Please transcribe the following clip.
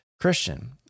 Christian